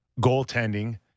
goaltending